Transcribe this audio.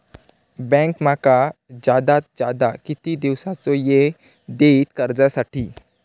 Bank माका जादात जादा किती दिवसाचो येळ देयीत कर्जासाठी?